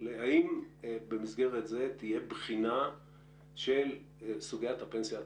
האם במסגרת זה תהיה בחינה של סוגיית הפנסיה התקציבית?